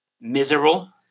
miserable